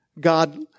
God